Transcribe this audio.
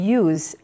use